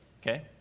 okay